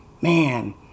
man